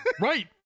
right